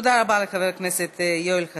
תודה רבה לחבר הכנסת יואל חסון.